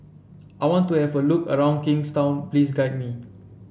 I want to have a look around Kingstown please guide me